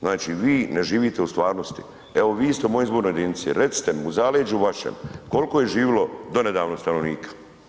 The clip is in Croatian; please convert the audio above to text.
Znači vi ne živite u stvarnosti, evo vi ste u mojoj izbornoj jedinici, recite mi u zaleđu vašem, koliko je živilo donedavno stanovnika?